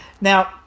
Now